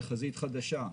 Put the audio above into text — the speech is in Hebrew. חזית חדשה.